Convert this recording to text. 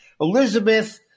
Elizabeth